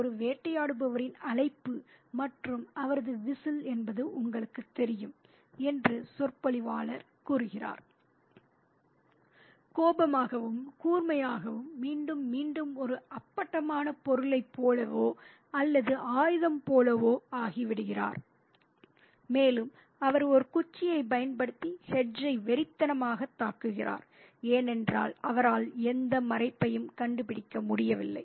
ஒரு வேட்டையாடுபவரின் அழைப்பு மற்றும் அவரது விசில் என்பது உங்களுக்குத் தெரியும் என்று சொற்பொழிவாளர் கூறுகிறார் கோபமாகவும் கூர்மையாகவும் மீண்டும் மீண்டும் ஒரு அப்பட்டமான பொருளைப் போலவோ அல்லது ஆயுதம் போலவோ ஆகிவிடுகிறார் மேலும் அவர் ஒரு குச்சியைப் பயன்படுத்தி ஹெட்ஜை வெறித்தனமாகத் தாக்குகிறார் ஏனென்றால் அவரால் எந்த மறைப்பையும் கண்டுபிடிக்க முடியவில்லை